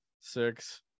six